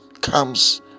comes